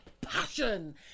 passion